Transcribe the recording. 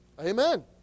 Amen